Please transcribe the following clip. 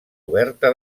oberta